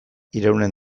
iraunen